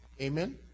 amen